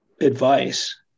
advice